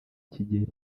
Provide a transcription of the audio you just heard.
kigeli